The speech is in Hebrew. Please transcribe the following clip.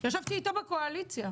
ישבתי איתו בקואליציה.